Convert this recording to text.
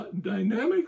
dynamic